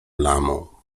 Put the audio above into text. lamą